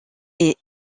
est